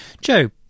Joe